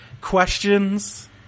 questions